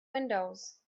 windows